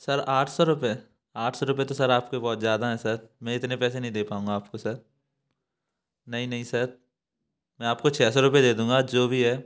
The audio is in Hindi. सर आठ सौ रुपये आठ सौ रुपये तो सर आपके बहुत ज्यादा हैं सर मैं इतने पैसे नहीं दे पाउँगा आपको सर नहीं नहीं सर मैं आपको छ सौ रुपये दे दूँगा जो भी है